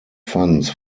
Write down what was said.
funds